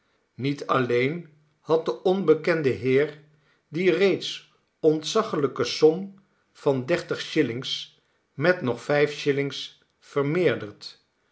niet alleen had de onbekende heer die reeds ontzaglijke som van dertig shillings met nog vijf shilling s vermeerderd